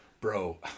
bro